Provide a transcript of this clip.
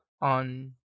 on